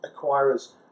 acquirers